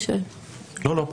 לא, לא.